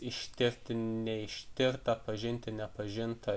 ištirti neištirtą pažinti nepažintą